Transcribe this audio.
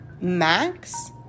max